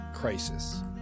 crisis